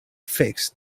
fixed